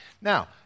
Now